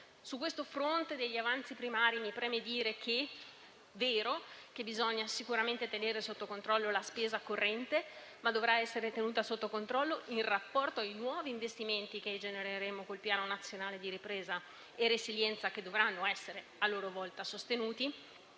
Sul fronte degli avanzi primari mi preme dire che è vero che bisogna tenere sotto controllo la spesa corrente, che dovrà esserlo in rapporto ai nuovi investimenti che genereremo con il Piano nazionale di ripresa e resilienza che dovranno essere a loro volta sostenuti.